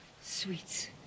Sweets